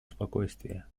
спокойствия